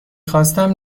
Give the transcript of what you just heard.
خواستم